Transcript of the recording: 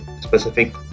specific